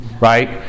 Right